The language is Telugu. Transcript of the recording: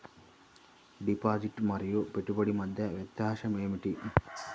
డిపాజిట్ మరియు పెట్టుబడి మధ్య వ్యత్యాసం ఏమిటీ?